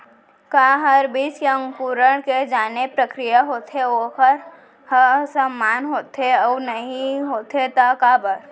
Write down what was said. का हर बीज के अंकुरण के जोन प्रक्रिया होथे वोकर ह समान होथे, अऊ नहीं होथे ता काबर?